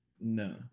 No